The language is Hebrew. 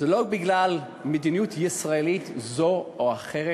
זה לא בגלל מדיניות ישראלית זו או אחרת.